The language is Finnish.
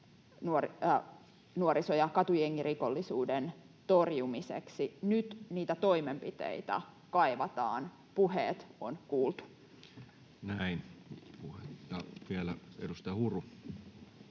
nuoriso‑ ja katujengirikollisuuden torjumiseksi. Nyt niitä toimenpiteitä kaivataan. Puheet on kuultu. [Speech 234]